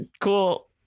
cool